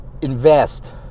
Invest